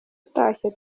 utashye